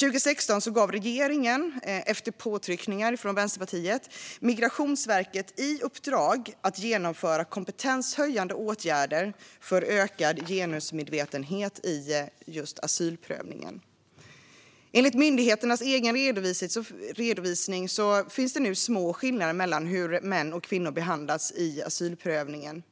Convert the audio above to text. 2016 gav regeringen, efter påtryckningar från Vänsterpartiet, Migrationsverket i uppdrag att genomföra kompetenshöjande åtgärder för ökad genusmedvetenhet i just asylprövningen. Enligt myndighetens egen redovisning finns det nu små skillnader i hur män och kvinnor behandlas i asylprövningen.